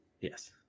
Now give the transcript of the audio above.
yes